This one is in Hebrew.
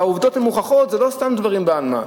העובדות הן מוכחות, זה לא סתם דברים בעלמא.